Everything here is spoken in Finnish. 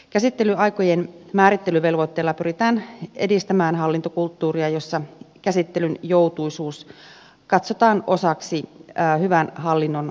käsittelyaikojen määrittelyvelvoitteella pyritään edistämään hallintokulttuuria jossa käsittelyn joutuisuus katsotaan osaksi hyvän hallinnon vaatimuksia